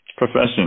profession